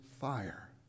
fire